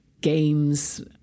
games